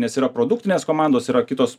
nes yra produktinės komandos yra kitos